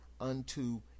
unto